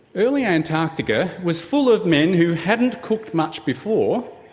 early antarctica was full of men who hadn't cooked much before,